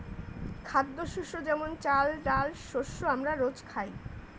খাদ্যশস্য যেমন চাল, ডাল শস্য আমরা রোজ খাই